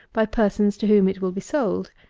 by persons to whom it will be sold.